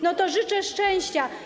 No to życzę szczęścia.